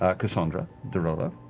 ah cassandra de rolo.